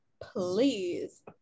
Please